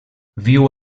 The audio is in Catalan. viu